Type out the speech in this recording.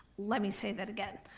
let me say that again,